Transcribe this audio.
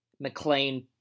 McLean